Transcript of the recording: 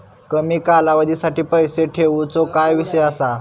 कमी कालावधीसाठी पैसे ठेऊचो काय विषय असा?